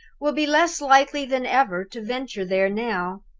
will be less likely than ever to venture there now.